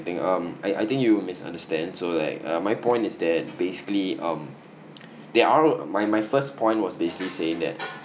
um I I think you misunderstand so like uh my point is that basically um there are my my first point was basically saying that